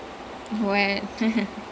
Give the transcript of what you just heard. என்னெல்லாம் இருந்தது:ennellaam irunthathu